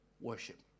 worship